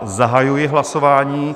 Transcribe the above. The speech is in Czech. Zahajuji hlasování.